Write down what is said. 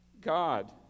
God